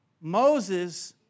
Moses